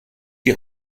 die